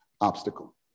obstacle